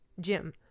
Jim